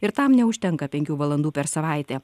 ir tam neužtenka penkių valandų per savaitę